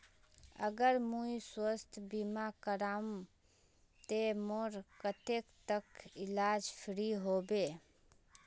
अगर मुई स्वास्थ्य बीमा करूम ते मोर कतेक तक इलाज फ्री होबे?